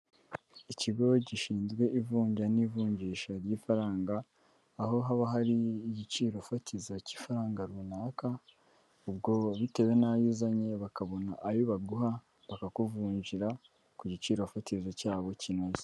Ikigo gishinzwe ivunja n'ivunjisha ry'ifaranga, aho haba hari igiciro fatizo cy'ifaranga runaka, ubwo bitewe n'ayo uzanye bakabona ayo baguha, bakakuvunjira ku giciro fatizo cy'abo kinoze.